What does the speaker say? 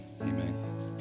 Amen